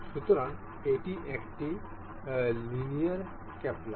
সুতরাং এটি একটি লিনিয়ার কাপলার